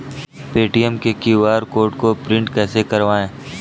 Paytm के QR code को print कैसे करवाएँ?